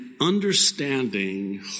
understanding